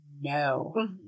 no